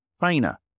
trainer